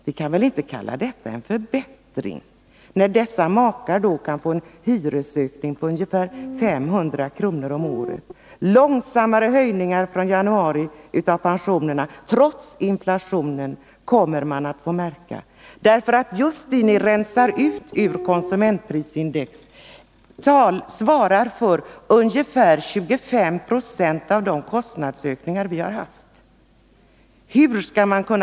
Ni kan väl inte kalla det en förbättring när dessa makar kan få en hyresökning på ungefär 500 kr. om året och en långsammare höjning av pensionerna fr.o.m. januari. Trots den pågående inflationen kommer pensionärerna att få en lägre pension. Just det som ni rensar ut ur konsumentprisindex svarar nämligen för ungefär 25 96 av de kostnadsökningar som vi har haft under de senaste fyra åren.